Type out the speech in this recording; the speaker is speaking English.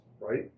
right